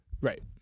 right